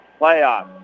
playoffs